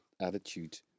attitude